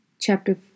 Chapter